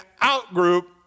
out-group